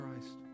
Christ